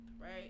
right